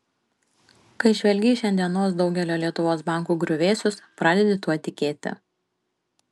kai žvelgi į šiandienos daugelio lietuvos bankų griuvėsius pradedi tuo tikėti